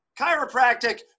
chiropractic